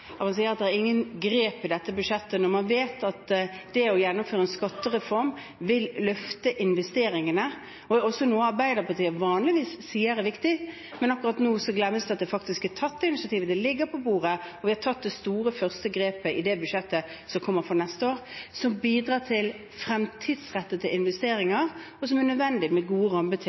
at det ikke er noen grep i dette budsjettet, når man vet at det å gjennomføre en skattereform vil løfte investeringene, noe Arbeiderpartiet vanligvis sier er viktig. Men akkurat nå glemmes det at det faktisk er tatt initiativ – det ligger på bordet – og vi har tatt det første store grepet i det budsjettet som kommer for neste år, som bidrar til fremtidsrettede